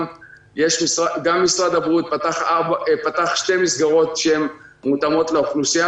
גם משרד הבריאות פתח שתי מסגרות שמותאמות לאוכלוסייה